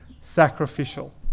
sacrificial